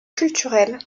culturel